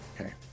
Okay